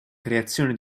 creazione